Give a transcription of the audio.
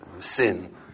sin